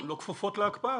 לא כפופות להקפאה,